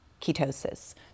ketosis